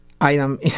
item